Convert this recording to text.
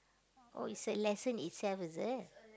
oh it's a lesson itself is it